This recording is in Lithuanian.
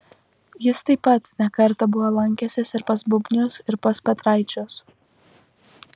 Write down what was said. jis taip pat ne kartą buvo lankęsis ir pas bubnius ir pas petraičius